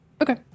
Okay